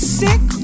sick